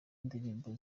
ndirimbo